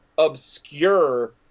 obscure